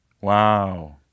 Wow